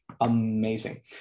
amazing